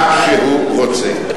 ועושה מה שהוא רוצה.